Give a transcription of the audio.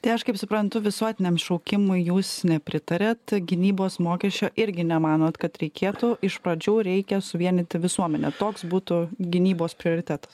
tai aš kaip suprantu visuotiniam šaukimui jūs nepritariat gynybos mokesčio irgi nemanot kad reikėtų iš pradžių reikia suvienyti visuomenę toks būtų gynybos prioritetas